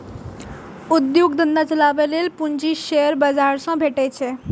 उद्योग धंधा चलाबै लेल पूंजी शेयर बाजार सं भेटै छै